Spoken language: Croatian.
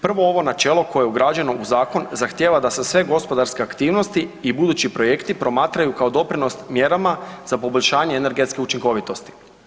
Prvo ovo načelo koje je ugrađeno u zakon zahtjev da se sve gospodarske aktivnosti i budući projekti promatraju kao doprinos mjerama za poboljšanje energetske učinkovitosti.